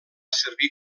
servir